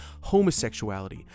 homosexuality